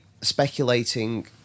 speculating